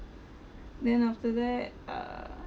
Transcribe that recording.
then after that uh